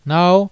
Now